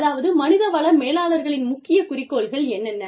அதாவது மனித வள மேலாளர்களின் முக்கிய குறிக்கோள்கள் என்னென்ன